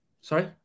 Sorry